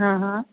હા હા